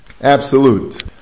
Absolute